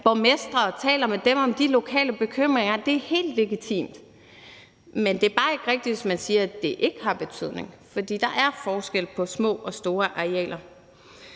borgmestre og taler med dem om de lokale bekymringer, og det er helt legitimt. Men det er bare ikke rigtigt, hvis man siger, at det ikke har betydning, for der er forskel på små og store arealer.